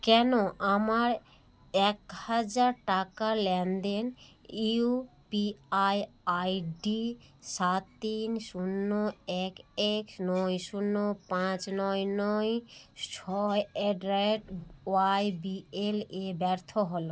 কেন আমার এক হাজার টাকার লেনদেন U P I I D সাত তিন শূন্য এক এক নয় শূন্য পাঁচ নয় নয় ছয় at rate Y B L A ব্যর্থ হলো